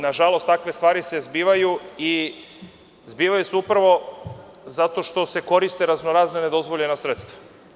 Nažalost takve stvari se zbivaju i zbivaju se upravo zato što se koriste razno razna nedozvoljena sredstva.